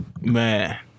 Man